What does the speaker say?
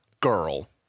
girl